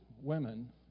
women